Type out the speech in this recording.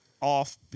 off